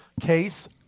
case